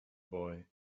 boy